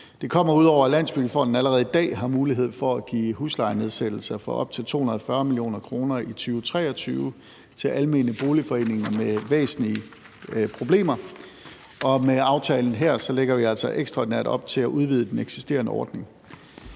Det kommer ud over, at Landsbyggefonden allerede i dag har mulighed for at give huslejenedsættelser for op til 240 mio. kr. i 2023 til almene boligforeninger med væsentlige problemer. Med aftalen her lægger vi altså ekstraordinært op til at udvide den eksisterende ordning.